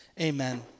amen